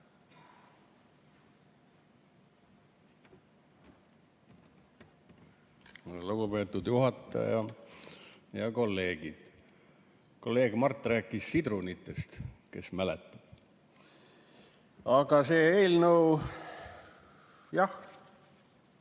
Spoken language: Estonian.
Lugupeetud juhataja ja kolleegid! Kolleeg Mart rääkis sidrunitest, kes mäletab. Aga see eelnõu? Jah,